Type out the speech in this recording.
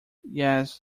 yes